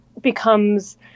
becomes